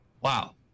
Wow